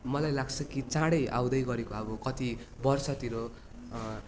मलाई लाग्छ कि चाँडै आउँदै गरेको अब कति वर्षतिर